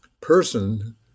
person